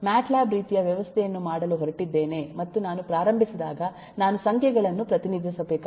mat lab ರೀತಿಯ ವ್ಯವಸ್ಥೆಯನ್ನು ಮಾಡಲು ಹೊರಟಿದ್ದೇನೆ ಮತ್ತು ನಾನು ಪ್ರಾರಂಭಿಸಿದಾಗ ನಾನು ಸಂಖ್ಯೆಗಳನ್ನು ಪ್ರತಿನಿಧಿಸಬೇಕಾಗಿದೆ